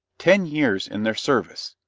ten years in their service.